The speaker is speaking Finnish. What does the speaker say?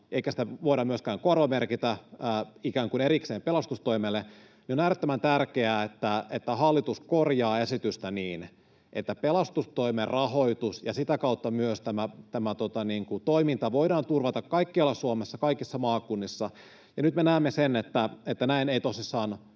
eikä sitä voida myöskään korvamerkitä ikään kuin erikseen pelastustoimelle, niin on äärettömän tärkeää, että hallitus korjaa esitystä niin, että pelastustoimen rahoitus ja sitä kautta myös tämä toiminta voidaan turvata kaikkialla Suomessa, kaikissa maakunnissa. Nyt me näemme sen, että näin ei tosissaan